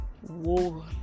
whoa